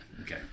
okay